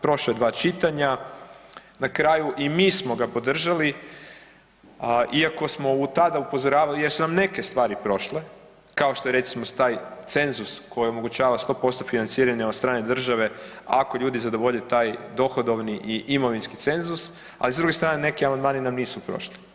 Prošao je dva čitanja, na kraju i mi smo ga podržali, iako smo tada upozoravali jer su nam neke stvari prošle, kao što je recimo taj cenzus koji omogućava 100% financiranje od strane države ako ljudi zadovolje taj dohodovni i imovinski cenzus, ali s druge strane neki amandmani nam nisu prošli.